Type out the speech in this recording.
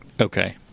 Okay